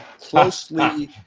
closely